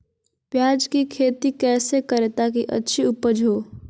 प्याज की खेती कैसे करें ताकि अच्छी उपज हो?